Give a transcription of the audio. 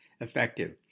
effective